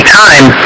time